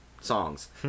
songs